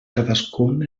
cadascun